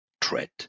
tread